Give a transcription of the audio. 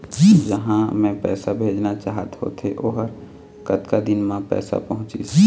जहां मैं पैसा भेजना चाहत होथे ओहर कतका दिन मा पैसा पहुंचिस?